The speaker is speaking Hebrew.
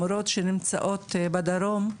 המורות שנמצאות בדרום,